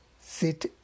sit